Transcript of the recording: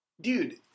Dude